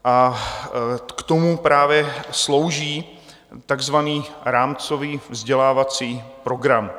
A k tomu právě slouží takzvaný rámcový vzdělávací program.